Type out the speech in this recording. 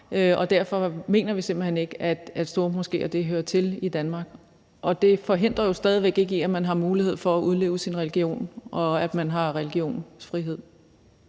og derfor mener vi simpelt hen ikke, at stormoskéer hører til i Danmark, og det forhindrer jo stadig væk ikke, at man har mulighed for at udleve sin religion, og at man har religionsfrihed.